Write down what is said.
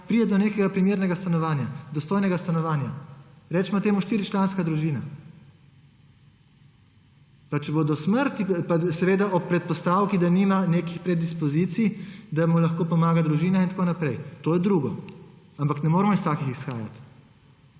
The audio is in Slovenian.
pride do nekega primernega stanovanja, dostojnega stanovanja. Recimo štiričlanska družina. Seveda ob predpostavki, da nima nekih predispozicij, da mu lahko pomaga družina in tako naprej. To je drugo. Ampak ne moremo iz takih izhajati.